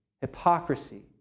hypocrisy